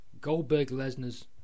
Goldberg-Lesnar's